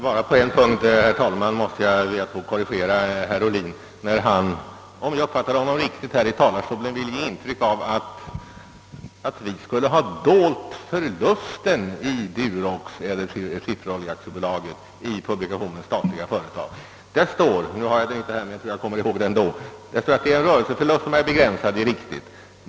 Herr talman! Jag måste bara på en punkt be att få korrigera herr Ohlin. Han ville nämligen, om jag uppfattade honom rätt, från talarstolen ge intryck av att vi i publikationen Statliga företag skulle ha dolt förlusten i Duroxbolaget eller i Svenska Skifferoljeaktiebolaget. Jag har inte publikationen här och kan därför inte göra ett direktcitat. Där står emellertid mycket riktigt att det är en rörelseförlust som är begränsad.